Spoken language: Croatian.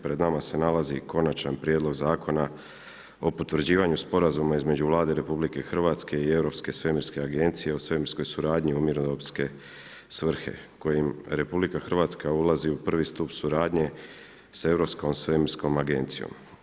Pred nama se nalazi Konačan prijedlog Zakona o potvrđivanju sporazuma između Vlade i Europske svemirske agencije o svemirskoj suradnji u mirnodopske svrhe kojim RH ulazi u prvi stup suradnje sa Europskom svemirskom agencijom.